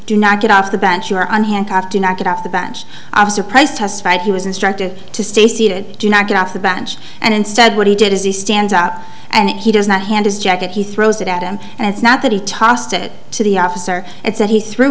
do not get off the bench or on hand have to not get off the bench i'm surprised testified he was instructed to stay seated do not get off the bench and instead what he did is he stands up and he does not hand his jacket he throws it at him and it's not that he tossed it to the officer and said he threw